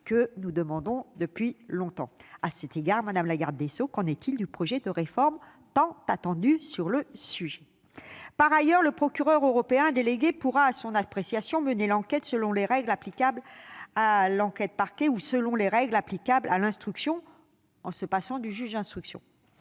que nous demandons depuis longtemps. À cet égard, madame la garde des sceaux, qu'en est-il du projet de réforme tant attendu sur le sujet ? Très bien ! Par ailleurs, le procureur européen délégué pourra, à son appréciation, mener l'enquête selon les règles applicables à l'enquête parquet ou selon les règles applicables à l'instruction, en se passant du juge d'instruction.